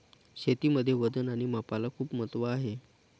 शेतीमध्ये वजन आणि मापाला खूप महत्त्व आहे